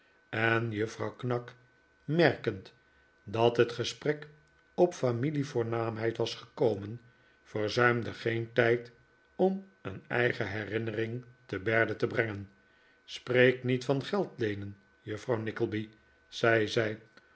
en juffrouw knag merkend dat het gesprek op familie voornaamheid was gekomen verzuimde geen tijd om een eigen herinnerihg te berde te brengen spreek niet van geld leenen juffrouw nickleby zei